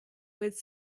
with